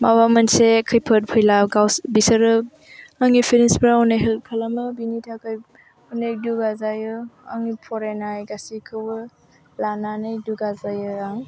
माबा मोनसे खैफोद फैला गाव बिसोरो आंनि पेरेन्सफ्रा अनेक हेल्प खालामो बिनि थाखाइ अनेक दुगा जायो आंनि फरायनाय गासैखौबो लानानै दुगा जायो आं